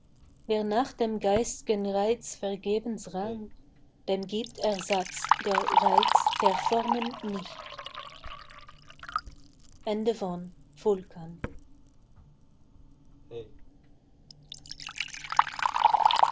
wer nach dem geist'gen reiz vergebens rang dem giebt ersatz der reiz der formen nicht